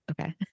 Okay